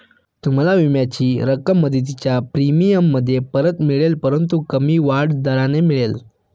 तुम्हाला विम्याची रक्कम मुदतीच्या प्रीमियममध्ये परत मिळेल परंतु कमी वाढ दराने मिळेल